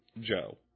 Joe